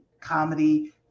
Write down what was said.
comedy